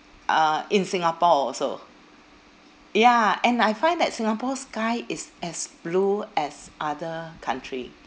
uh in singapore also ya and I find that singapore's sky is as blue as other country